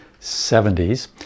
70s